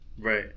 Right